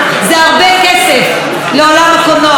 זה הרבה כסף לעולם הקולנוע.